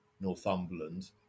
Northumberland